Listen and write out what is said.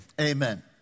amen